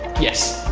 yes.